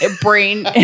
brain